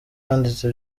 wanditse